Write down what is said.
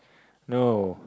no